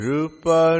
Rupa